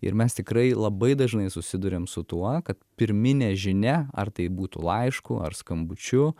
ir mes tikrai labai dažnai susiduriam su tuo kad pirminė žinia ar tai būtų laišku ar skambučiu